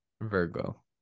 Virgo